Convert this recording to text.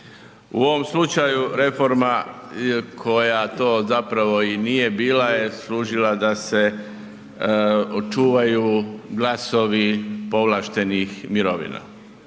U ovom slučaju reforma koja to zapravo i nije bila je služila da se očuvaju glasovi povlaštenih mirovina,